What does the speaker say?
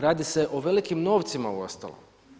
Radi se o velikim novcima uostalom.